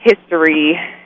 history